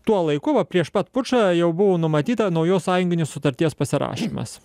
tuo laiku va prieš pat pučą jau buvo numatyta naujos sąjunginės sutarties pasirašymas